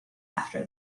after